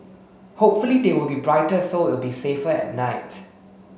hopefully they will be brighter so it'll be safer at night